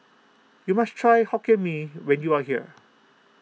you must try Hokkien Mee when you are here